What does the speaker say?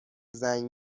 زنگ